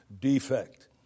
defect